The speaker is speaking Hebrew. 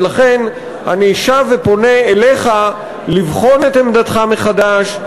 ולכן אני שב ופונה אליך לבחון את עמדתך מחדש,